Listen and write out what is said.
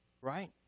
right